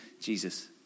Jesus